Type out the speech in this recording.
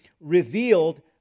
revealed